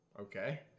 Okay